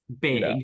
Big